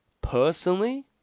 Personally